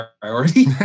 priority